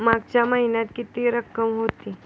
मागच्या महिन्यात किती रक्कम होती?